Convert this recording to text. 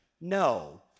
No